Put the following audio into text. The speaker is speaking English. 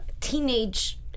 teenage